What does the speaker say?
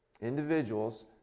Individuals